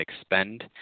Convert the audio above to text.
expend